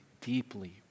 deeply